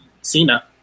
Cena